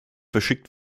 verschickt